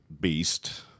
beast